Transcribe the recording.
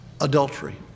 adultery